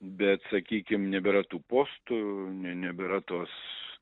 bet sakykim nebėra tų postų ne nebera tos